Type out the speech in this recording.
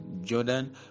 jordan